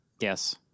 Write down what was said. Yes